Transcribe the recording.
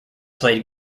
played